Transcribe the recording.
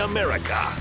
America